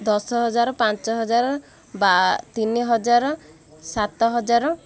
ଦଶ ହଜାର ପାଞ୍ଚ ହଜାର ବା ତିନି ହଜାର ସାତ ହଜାର